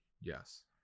Yes